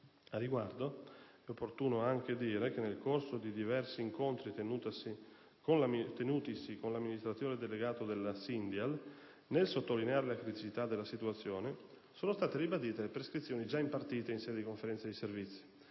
A riguardo, è opportuno dire che nel corso di diversi incontri tenutisi con l'amministratore delegato della Syndial, nel sottolineare la criticità della situazione, sono state ribadite le prescrizioni già impartite in sede di Conferenza di servizi.